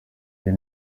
vyo